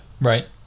Right